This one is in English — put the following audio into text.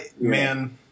man